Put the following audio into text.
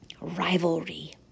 Rivalry